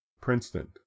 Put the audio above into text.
princeton